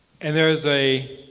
and there's a